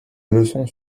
leçon